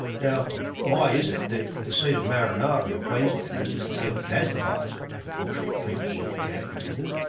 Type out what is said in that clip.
now why is it that the seat of marinara in queensland, which is the seat that has the highest proportion of people working in agribusiness,